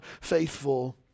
faithful